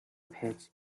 pitch